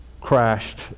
crashed